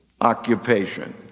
occupation